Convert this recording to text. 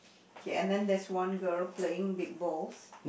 K and then there's one girl playing with both